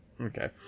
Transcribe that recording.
Okay